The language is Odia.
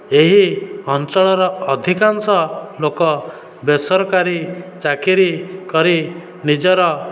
ଏହି ଅଞ୍ଚଳର ଅଧିକାଂଶ ଲୋକ ବେସରକାରୀ ଚାକିରୀ କରି ନିଜର